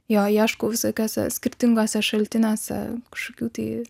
jo ieškau visokiuose skirtinguose šaltiniuose kažkokių tai